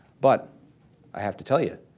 but i have to tell you,